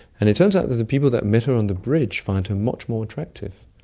and it turns out that the people that met her on the bridge found her much more attractive,